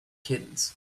kittens